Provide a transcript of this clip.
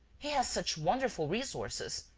he has such wonderful resources.